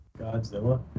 Godzilla